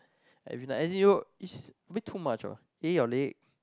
like as in you is a bit too much eh your leg